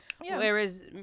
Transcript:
Whereas